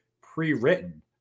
pre-written